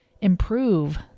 improve